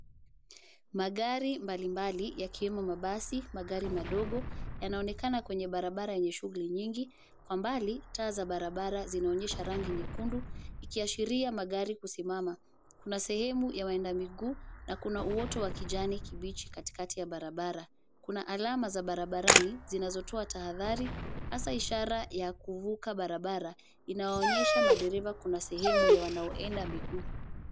Magari mbalimbali yakiwemo mabasi, magari madogo, yanaonekana kwenye barabara yenye shughuli nyingi. Kwa mbali, taa za barabara zinaonyesha rangi nyekundu, ikiashiria magari kusimama. Kuna sehemu ya waenda miguu, na kuna uoto wa kijani kibichi katikati ya barabara. Kuna alama za barabarani, zinazotoa tahadhari, hasa ishara ya kuvuka barabara, inawaonyesha madereva kuna sehemu ya wanaoenda miguu.